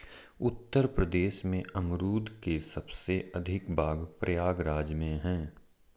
उत्तर प्रदेश में अमरुद के सबसे अधिक बाग प्रयागराज में है